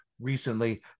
recently